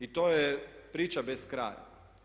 I to je priča bez kraja.